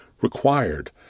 required